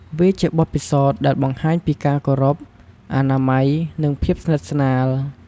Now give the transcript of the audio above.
វាជាបទពិសោធន៍ដែលបង្ហាញពីការគោរព អនាម័យ និងភាពស្និទ្ធស្នាល។